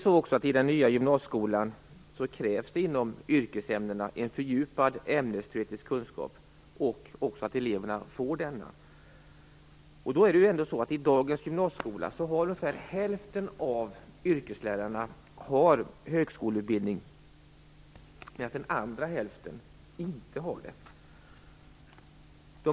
I den nya gymnasieskolan krävs det inom yrkesämnena fördjupad ämnesteoretisk kunskap samt att eleverna får denna. I dagens gymnasieskola har ungefär den ena hälften av yrkeslärarna högskoleutbildning, medan den andra hälften inte har en sådan utbildning.